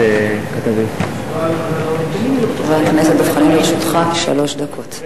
חבר הכנסת דב חנין, לרשותך שלוש דקות.